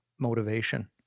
Motivation